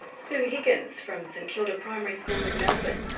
sue higgins from st kilda primary school in melbourne.